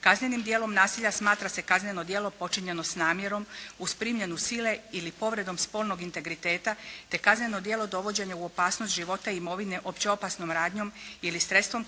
Kaznenim djelom nasilja smatra se kazneno djelo počinjeno s namjerom uz primjenu sile ili povredom … integriteta te kazneno djelo dovođenja u opasnost života i imovine opće opasnom radnjom ili sredstvom kojim je